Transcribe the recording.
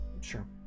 Sure